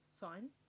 fine